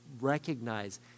recognize